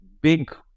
big